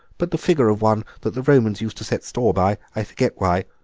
but the figure of one that the romans used to set store by i forget why.